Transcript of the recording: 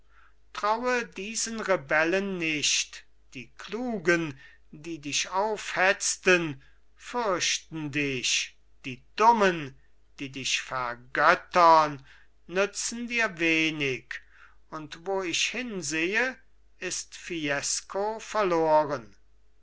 traue diesen rebellen nicht die klugen die dich aufhetzten fürchten dich die dummen die dich vergötterten nützen dir wenig und wo ich hinsehe ist fiesco verloren